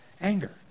anger